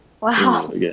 Wow